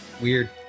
weird